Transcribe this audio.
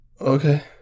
Okay